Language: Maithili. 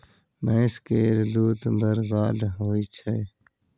भैंस केर दूध बड़ गाढ़ होइ छै